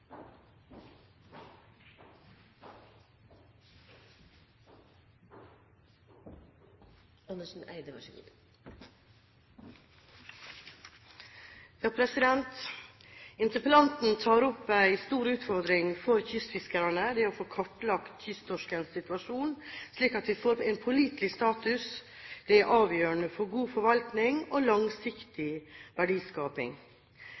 Interpellanten tar opp en stor utfordring for kystfiskerne: det å få kartlagt kysttorskens situasjon, slik at vi får en pålitelig status. Det er avgjørende for god forvaltning og